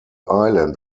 island